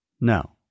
No